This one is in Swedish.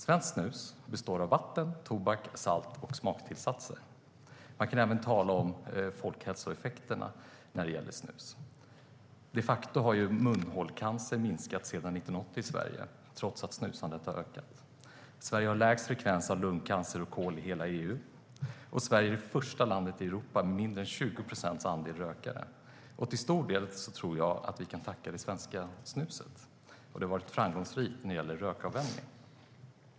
Svenskt snus består av vatten, tobak, salt och smaktillsatser. Man kan även tala om folkhälsoeffekterna när det gäller snus. De facto har munhålecancer minskat sedan 1980 i Sverige, trots att snusandet har ökat. Sverige har lägst frekvens av lungcancer och KOL i hela EU. Sverige är också det första landet i Europa med mindre än 20 procents andel rökare. Till stor del tror jag att vi kan tacka det svenska snuset för det som har varit framgångsrikt när det gäller rökavvänjning.